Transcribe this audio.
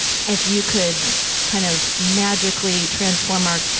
if you could kind of magically transform our,